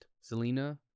Selena